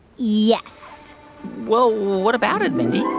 yes well, what about it, mindy?